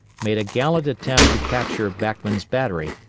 made a gallant attempt to capture backman's battery,